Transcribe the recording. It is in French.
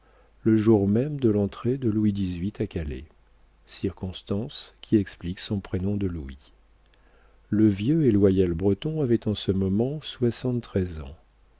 le jour même de l'entrée de louis xviii à calais circonstance qui explique son prénom de louis le vieux et loyal breton avait en ce moment soixante-treize ans